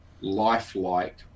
lifelike